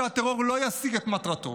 שהטרור לא ישיג את מטרתו.